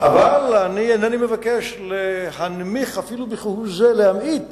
אבל אני אינני מבקש אפילו כהוא-זה להמעיט